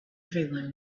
everyone